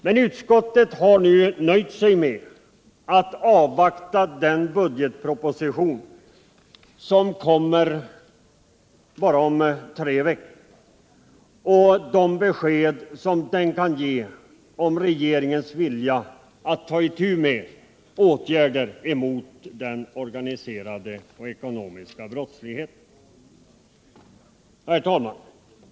Men utskottet har nu nöjt sig med att avvakta den ekonomiska budgetproposition som kommer bara om tre veckor och de besked som brottsligheten denna kan ge om regeringens vilja att ta itu med åtgärder mot den organiserade och ekonomiska brottsligheten.